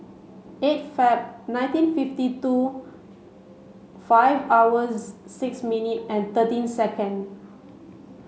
eight Feb nineteen fifty two five hours six minute and thirteen second